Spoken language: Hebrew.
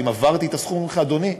ואם עברת את הסכום אומרים לך: אדוני,